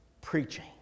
preaching